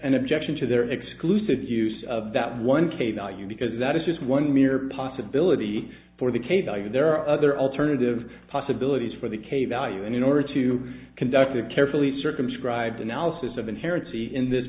and objection to their exclusive use of that one k value because that is just one mere possibility for the table yet there are other alternative possibilities for the k value and in order to conduct a carefully circumscribed analysis of inherent see in this